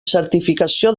certificació